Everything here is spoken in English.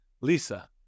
Lisa